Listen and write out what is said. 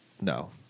no